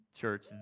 church